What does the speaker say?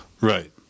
right